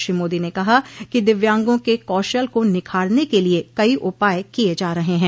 श्री मोदी ने कहा कि दिव्यांगों के कौशल को निखारने के लिये कई उपाय किये जा रहे हैं